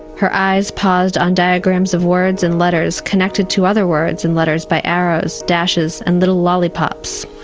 her eyes paused on diagrams of words and letters connected to other words and letters by arrows, dashes and little lollipops.